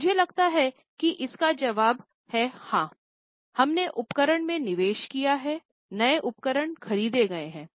मुझे लगता है कि इसका जवाब है हाँ हमने उपकरण में निवेश किया है नए उपकरण खरीदे गए हैं